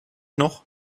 noch